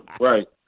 Right